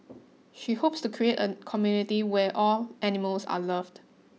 she hopes to create a community where all animals are loved